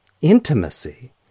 intimacy